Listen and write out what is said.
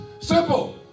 Simple